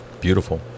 beautiful